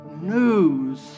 news